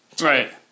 Right